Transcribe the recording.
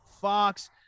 Fox